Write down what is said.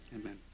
Amen